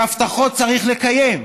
והבטחות צריך לקיים,